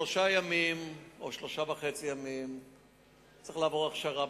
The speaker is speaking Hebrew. במשך שלושה ימים או שלושה ימים וחצי צריך לעבור הכשרה.